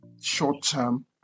short-term